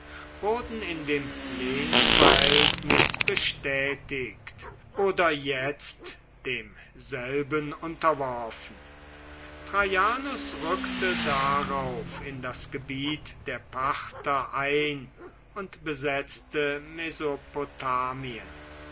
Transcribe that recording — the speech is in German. wurden in dem lehnsverhältnis bestätigt oder jetzt demselben unterworfen traianus rückte darauf in das gebiet der parther ein und besetzte